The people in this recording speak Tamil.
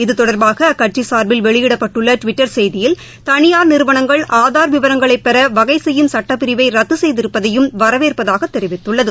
இது தொடர்பாக அக்கட்சி சார்பில் வெளியிடப்பட்டுள்ள டுவிட்டர் செய்தியில் தனியார் நிறுவனங்கள் ஆதா் விவரங்களை பெற வகை செய்யும் சட்டப்பிரிவை ரத்து செய்திருப்பதையும் வரவேற்பதாக தெரிவித்துள்ளது